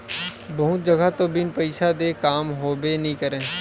बहुत जघा तो बिन पइसा देय काम होबे नइ करय